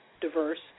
diverse